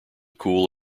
cool